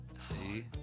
See